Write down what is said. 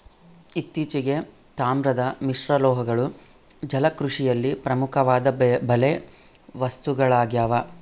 ಇತ್ತೀಚೆಗೆ, ತಾಮ್ರದ ಮಿಶ್ರಲೋಹಗಳು ಜಲಕೃಷಿಯಲ್ಲಿ ಪ್ರಮುಖವಾದ ಬಲೆ ವಸ್ತುಗಳಾಗ್ಯವ